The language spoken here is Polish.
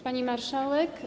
Pani Marszałek!